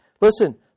Listen